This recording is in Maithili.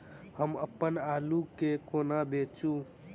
हम अप्पन आलु केँ कोना बेचू?